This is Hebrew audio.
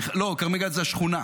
לא, כרמי גת זו השכונה.